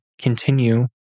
continue